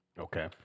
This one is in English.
Okay